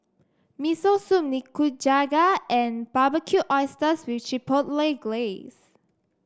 Miso Soup Nikujaga and Barbecued Oysters with Chipotle Glaze